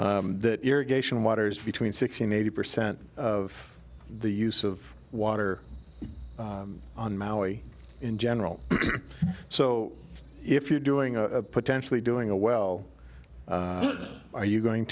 that irrigation water is between sixty and eighty percent of the use of water on maui in general so if you're doing a potentially doing a well are you going